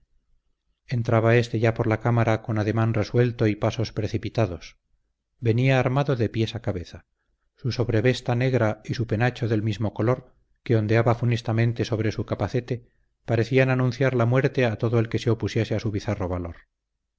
entraba éste ya por la cámara con ademán resuelto y pasos precipitados venía armado de pies a cabeza su sobrevesta negra y su penacho del mismo color que ondeaba funestamente sobre su capacete parecían anunciar la muerte a todo el que se opusiese a su bizarro valor